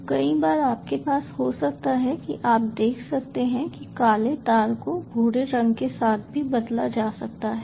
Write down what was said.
तो कई बार आपके पास हो सकता है कि आप देख सकते हैं कि काले तार को भूरे रंग के साथ भी बदला जा सकता है